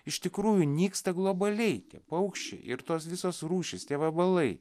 iš tikrųjų nyksta globaliai tie paukščiai ir tos visos rūšys tie vabalai